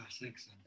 Thanks